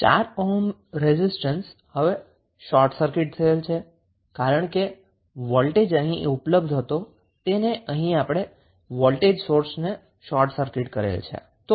4 ohm resistance હવે short circuit થયેલ છે કારણ કે વોલ્ટેજ જે અહીં ઉપલબ્ધ હતો તે વોલ્ટેજ સોર્સને અહીં આપણે શોર્ટ સર્કિટ કરેલ છે